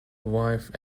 wife